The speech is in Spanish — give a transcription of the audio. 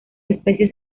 especies